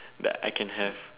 that I can have